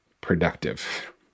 productive